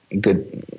good